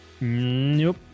Nope